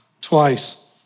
twice